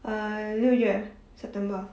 uh 六月 september